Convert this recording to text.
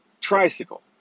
tricycle